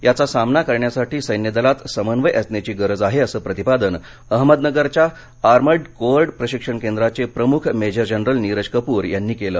याचा सामना करण्यासाठी सैन्यदलात समन्वय असण्याची गरज आहे असं प्रतिपादन अहमदनगरच्या आर्मर्ड कोर प्रशिक्षण केन्द्राचे प्रमुख मेजर जनरल नीरज कपूर यांनी काल केलं